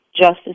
justice